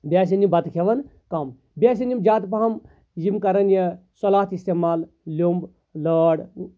بیٚیہِ آسن یِم بَتہٕ کھٮ۪وان کَم بیٚیہِ آسن یِم زیادٕ پَہم یِم کران یہِ سۄلات اِستعمال لیوٚمب لٲر